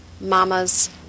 mamas